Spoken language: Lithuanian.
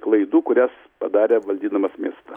klaidų kurias padarė valdydamas miestą